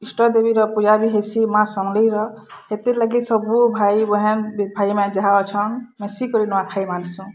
ଇଷ୍ଟଦେବୀ ର ପୂଜା ବି ହେଇସି ମା ସମଲେଇର ହେଥିର୍ ଲାଗି ସବୁ ଭାଇ ବେହେନ୍ ଯାହା ଅଛନ୍ ମିଶିକରି ନୂଆଁଖାଇ ମାନ୍ସୁଁ